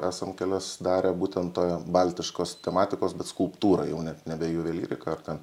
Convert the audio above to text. esam kelias darę būtent toje baltiškos tematikos bet skulptūra jau net nebe juvelyrika ar ten